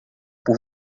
por